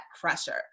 pressure